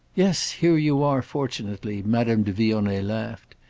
yes, here you are, fortunately! madame de vionnet laughed.